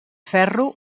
ferro